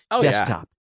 desktop